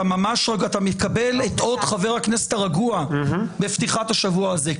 אתה מקבל את אות חבר הכנסת הרגוע בפתיחת השבוע הזה.